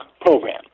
program